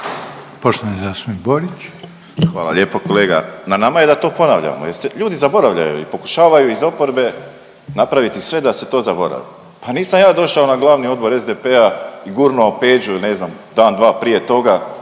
**Borić, Josip (HDZ)** Hvala lijepo kolega. Na nama je da to ponavljamo jer se ljudi zaboravljaju i pokušavaju iz oporbe napraviti sve da se to zaboravi. Pa nisam ja došao na glavni odbor SDP-a i gurnuo Peđu ili ne znam, dan, dva prije toga